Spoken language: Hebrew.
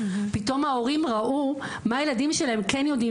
פתאום ההורים ראו מה הילדים שלהם כן יודעים